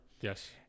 Yes